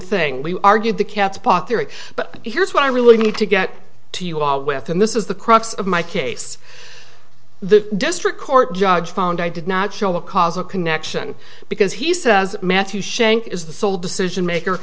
thing we argued the catspaw theory but here's what i really need to get to you all with and this is the crux of my case the district court judge found i did not show a causal connection because he says matthew shank is the sole decision maker